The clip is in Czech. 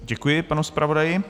Děkuji panu zpravodaji.